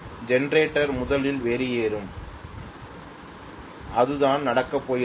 generator முதலில் வெளியேறும் அதுதான் நடக்கப்போகிறது